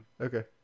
Okay